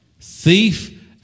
thief